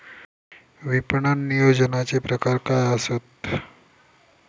विपणन नियोजनाचे प्रकार काय आसत?